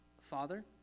Father